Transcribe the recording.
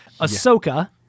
Ahsoka